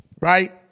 right